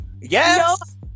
Yes